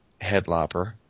Headlopper –